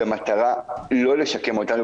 במטרה לא לשקם אותנו,